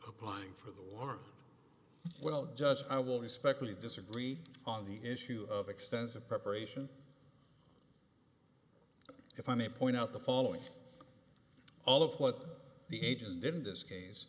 applying for the war well just i will respect we disagree on the issue of extensive preparation if i may point out the following all of what the agent in this case